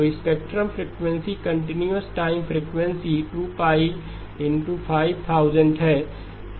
तो spectrum frequency continuous time frequency 2π है